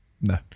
No